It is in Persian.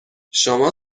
شما